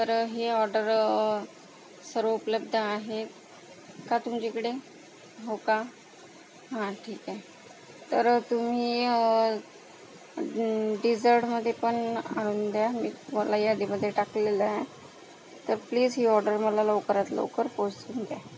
तर हे ऑर्डर सर्व उपलब्ध आहे का तुमच्याकडे हो का हां ठीक आहे तर तुम्ही डीझर्टमध्ये पण आणून दया मी तुम्हांला यादीमध्ये टाकलेलं आहे तर प्लीज ही ऑर्डर मला लवकरात लवकर पोचवून द्या